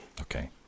Okay